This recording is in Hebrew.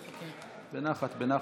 בנחת, בנחת.